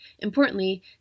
Importantly